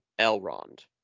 Elrond